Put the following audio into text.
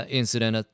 incident